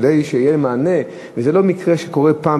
כדי שיהיה מענה וזה לא מקרה שקורה פעם